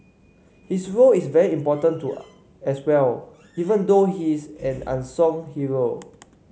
his role is very important to as well even though he's an unsung hero